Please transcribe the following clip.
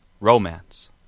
Romance